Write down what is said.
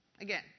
Again